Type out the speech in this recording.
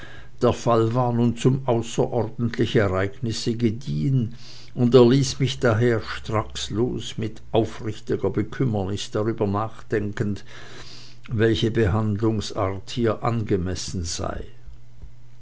der fall war nun zum außerordentlichen ereignisse gediehen und er ließ mich daher stracks los mit aufrichtiger bekümmernis darüber nachdenkend welche behandlungsart hier angemessen sei